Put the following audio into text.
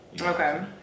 Okay